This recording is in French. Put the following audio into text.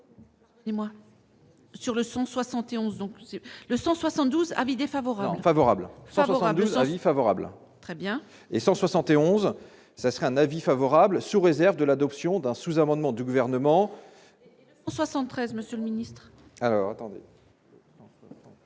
gouvernement. Sur le 171 donc, le 172 avis défavorable. Favorable industrie favorable, très bien et 171 ça serait un avis favorable sous réserve de l'adoption d'un sous-amendement du gouvernement. 73 Monsieur le Ministre. Alors attendez.